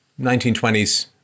1920s